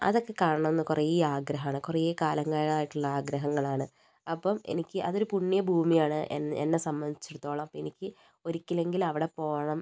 അതൊക്കെ കാണണം എന്ന് കുറേ ആഗ്രഹം ആണ് കുറേ കാലങ്ങളായിട്ടുള്ള ആഗ്രഹങ്ങളാണ് അപ്പം എനിക്ക് അതൊരു പുണ്യഭൂമിയാണ് എന്നെ സംബന്ധിച്ചിടത്തോളം അപ്പോൾ എനിക്ക് ഒരിക്കലെങ്കിലും അവിടെ പോകണം